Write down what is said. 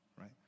right